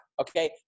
Okay